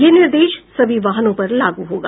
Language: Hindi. ये निर्देश सभी वाहनों पर लागू होगा